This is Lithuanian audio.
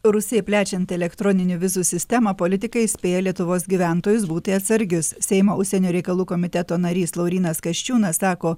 rusijai plečiant elektroninių vizų sistemą politikai įspėja lietuvos gyventojus būti atsargius seimo užsienio reikalų komiteto narys laurynas kasčiūnas sako